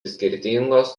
skirtingos